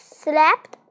slept